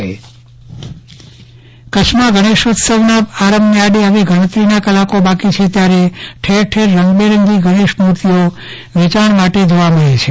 ચંદ્રવદન પદ્ટણી ગણેશોત્સવની તૈયારી કચ્છમાં ગણેશોત્સવના પ્રારંભને આડે હવે ગણતરીના કલાક બાકી છે ત્યારે ઠેર ઠેર રંગબેરંગી ગણેશ મૂર્તિઓનું વેંચાણ માટે જોવા મળે છે